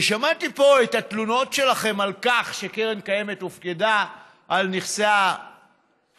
שמעתי פה את התלונות שלכם על כך שקרן קיימת הופקדה על נכסי היהודים